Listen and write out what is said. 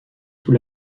sous